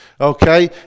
Okay